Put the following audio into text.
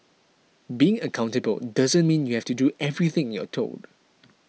being accountable doesn't mean you have to do everything you're told